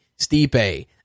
Stipe